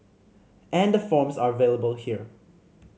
and the forms are available here